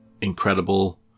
incredible